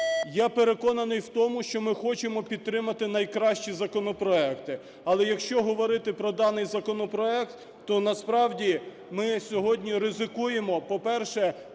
Я переконаний в тому, що ми хочемо підтримати найкращі законопроекти. Але якщо говорити про даний законопроект, то насправді ми сьогодні ризикуємо, по-перше,